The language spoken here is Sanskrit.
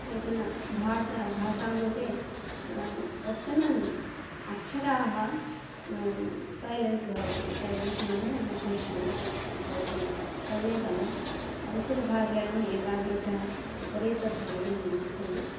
केचन भाषा भाषां कृ ते कश्चन अक्षराः सैलेण्ट् भवति सैलेन्त् नाम तूष्णीं भवति तदेव संस्कृतभाषायाम् एतादृशविपरीतधोरणे नास्ति